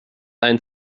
ein